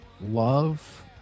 love